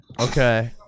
Okay